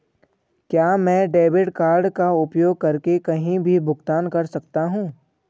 क्या मैं debit card का उपयोग करके कहीं भी भुगतान कर सकता हूं?